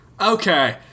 Okay